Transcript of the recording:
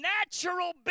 natural